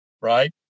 right